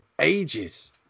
ages